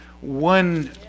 one